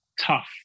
tough